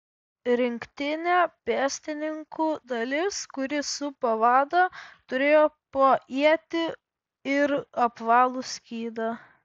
rinktinė pėstininkų dalis kuri supa vadą turėjo po ietį ir apvalų skydą